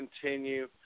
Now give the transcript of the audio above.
continue